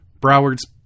Broward's